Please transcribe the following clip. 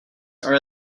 are